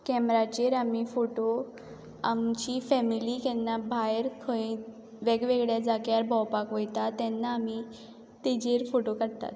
कॅमेराचेर आमी फोटो आमची फेमिली केन्ना भायर खंय वेग वेगळ्या जाग्यार भोंवपाक वयता तेन्ना आमी ताजेर फोटो काडटात